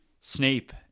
snape